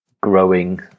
growing